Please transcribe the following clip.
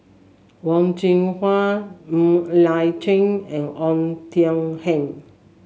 Wen Jinhua Ng Liang Chiang and Oei Tiong Ham